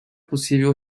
possível